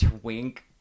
twink